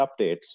updates